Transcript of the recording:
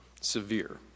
Severe